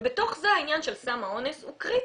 בתוך זה העניין של סם האונס הוא קריטי.